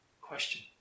question